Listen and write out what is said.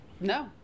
No